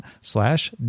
slash